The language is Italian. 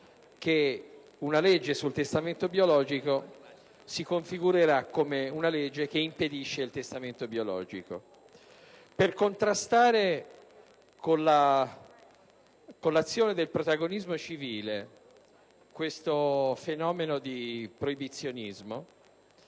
che una legge sul testamento biologico si configurerà come una legge che impedisce il testamento biologico. Per contrastare con l'azione del protagonismo civile questo fenomeno di proibizionismo,